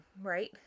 right